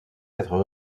être